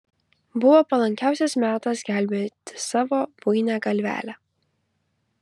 buvo palankiausias metas gelbėti savo buinią galvelę